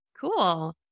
Cool